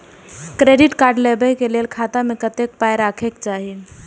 Credit card लेबै के लेल खाता मे कतेक पाय राखै के चाही?